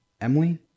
Emily